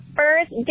first